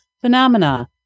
Phenomena